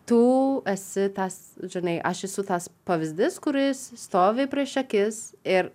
tu esi tas žinai aš esu tas pavyzdys kuris stovi prieš akis ir